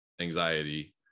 anxiety